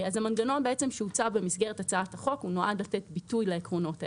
המנגנון שהוצע במסגרת הצעת החוק נועד לתת ביטוי לעקרונות האלה.